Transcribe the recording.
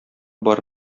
бар